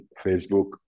Facebook